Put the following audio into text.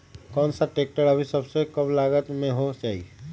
कौन सा ट्रैक्टर अभी सबसे कम लागत में हो जाइ?